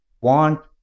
want